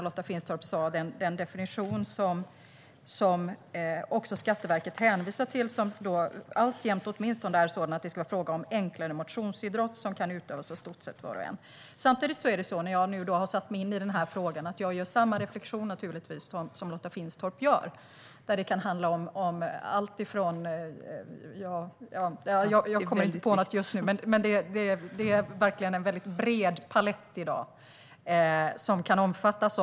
Lotta Finstorp tog upp den definition som Skatteverket hänvisar till. Det ska alltjämt vara fråga om enklare motionsidrott som kan utövas av i stort sett var och en. Jag har satt mig in i den här frågan, och jag gör samma reflektion som Lotta Finstorp gör. Det är verkligen en väldigt bred palett av friskvård som kan omfattas.